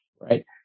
right